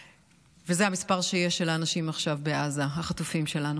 וזה המספר של החטופים שיש לנו עכשיו בעזה.